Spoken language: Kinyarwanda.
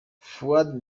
fuadi